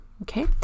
Okay